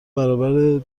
برابر